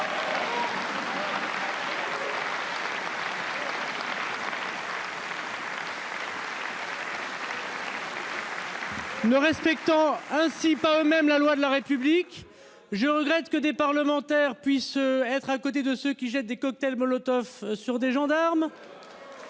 Ne respectant ainsi pas eux-mêmes la loi de la République. Je regrette que des parlementaires puissent être à côté de ceux qui jettent des cocktails Molotov sur des gendarmes.